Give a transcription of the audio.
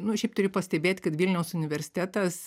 nu šiaip turiu pastebėt kad vilniaus universitetas